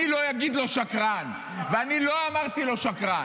אני לא אגיד לו "שקרן", ואני לא אמרתי לו "שקרן".